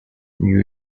new